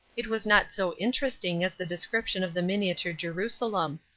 it was not so interesting as the description of the miniature jerusalem.